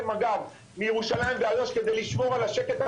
מג"ב מירושלים ואיו"ש כי לשמור על השקט,